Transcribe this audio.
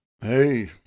Hey